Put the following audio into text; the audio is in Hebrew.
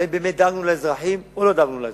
ואם באמת דאגנו לאזרחים או לא דאגנו לאזרחים.